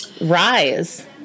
rise